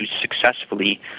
successfully